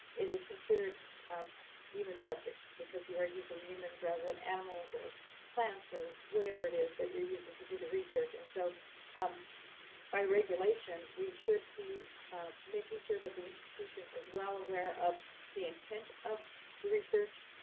it is considered um human subjects because you are using humans rather than animals or plants or whatever it is that you're using to do the research. and so um by regulation, we should be making sure that the institution is well aware of the intent of the research,